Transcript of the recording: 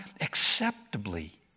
acceptably